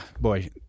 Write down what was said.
boy